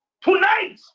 tonight